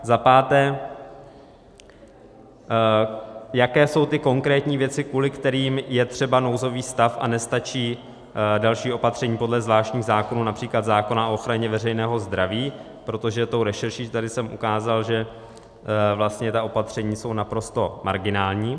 Za páté, jaké jsou ty konkrétní věci, kvůli kterým je třeba nouzový stav a nestačí další opatření podle zvláštních zákonů, např. zákona o ochraně veřejného zdraví, protože tou rešerší tady jsem ukázal, že vlastně ta opatření jsou naprosto marginální.